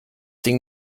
ding